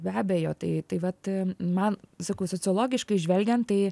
be abejo tai tai vat man sakau sociologiškai žvelgiant tai